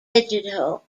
digital